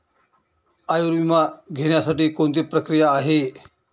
आयुर्विमा घेण्यासाठी कोणती प्रक्रिया आहे?